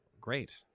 great